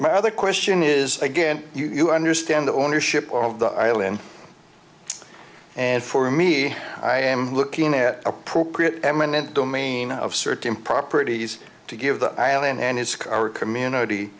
my other question is again you understand the ownership of the island and for me i am looking at appropriate eminent domain of certain properties to give the guy and his car community